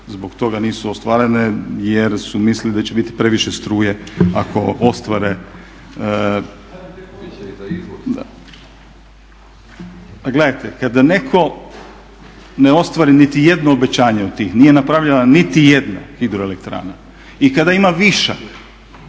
zbog toga nisu ostvarene jer su mislili da će biti previše struje ako ostvare …/Upadica se ne čuje./… Gledajte kada neko ne ostvari niti jedno obećanje od tih, nije napravljena niti jedna hidroelektrana i kada ima višak,